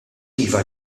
iva